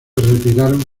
retiraron